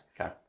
Okay